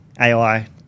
AI